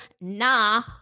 nah